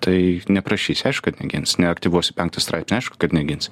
tai neprašysi aišku kad negins neaktyvuosi penkto straipsnio aišku kad negins